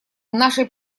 нашей